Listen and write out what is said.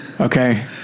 Okay